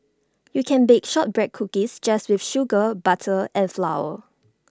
you can bake Shortbread Cookies just with sugar butter and flour